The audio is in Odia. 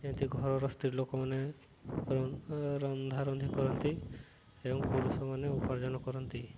ଯେମିତି ଘରର ସ୍ତ୍ରୀ ଲୋକମାନେ ର ରନ୍ଧାରନ୍ଧି କରନ୍ତି ଏବଂ ପୁରୁଷମାନେ ଉପାର୍ଜନ କରନ୍ତି